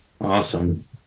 Awesome